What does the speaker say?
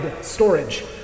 storage